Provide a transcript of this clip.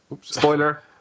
Spoiler